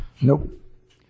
nope